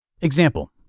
Example